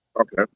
Okay